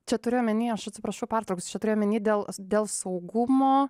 čia turiu omeny aš atsiprašau pertrauksiu čia turiu omeny dėl dėl saugumo